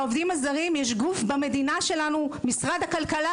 לעובדים הזרים יש גוף במדינה שלנו: משרד הכלכלה.